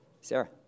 Sarah